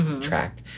track